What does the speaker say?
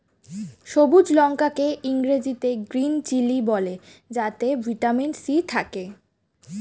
সবুজ লঙ্কা কে ইংরেজিতে গ্রীন চিলি বলে যাতে ভিটামিন সি থাকে